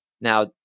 Now